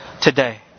today